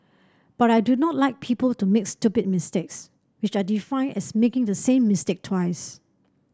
but I do not like people to make stupid mistakes which I define as making the same mistake twice